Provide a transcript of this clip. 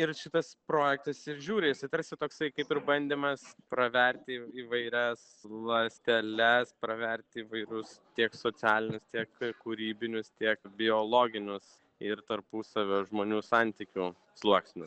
ir šitas projektas ir žiūri jisai tarsi toksai kaip ir bandymas praverti įvairias ląsteles pravert įvairius tiek socialinius tiek kūrybinius tiek biologinius ir tarpusavio žmonių santykių sluoksnius